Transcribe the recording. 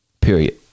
Period